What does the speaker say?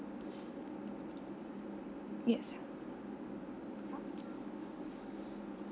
yes